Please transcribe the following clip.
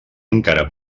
encara